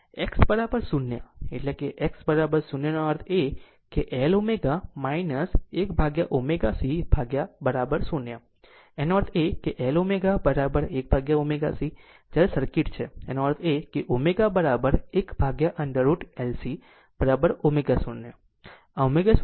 X 0 એટલે કે X 0 નો અર્થ એ કે L ω ω 1 ω C 0 નો અર્થ એ કે L ω 1 ω C જ્યારે સર્કિટ છે તેનો અર્થ છે ω 1 √ L C ω0